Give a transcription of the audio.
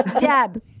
deb